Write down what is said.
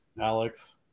Alex